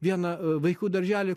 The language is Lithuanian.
vieną vaikų darželį